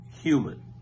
human